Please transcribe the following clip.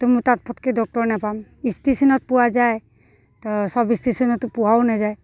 তো মই তাত ফটককৈ ডক্টৰ নাপাম ষ্টেশ্যনত পোৱা যায় তো চব ষ্টেশ্যনতটো পোৱাও নাযায়